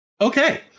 Okay